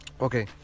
okay